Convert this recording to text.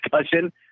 discussion